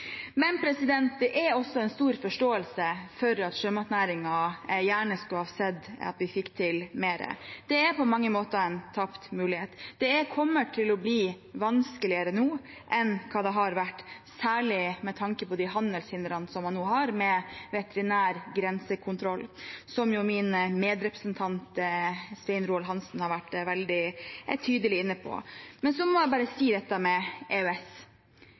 Det er også stor forståelse for at sjømatnæringen gjerne skulle ha sett at vi fikk til mer. Det er på mange måter en tapt mulighet. Dette kommer nå til å bli vanskeligere enn det har vært, særlig med tanke på de handelshindrene man nå har med veterinærgrensekontrollen, som jo min medrepresentant Svein Roald Hansen har vært veldig tydelig inne på. Så må jeg bare si dette om EØS: